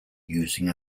using